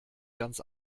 ganz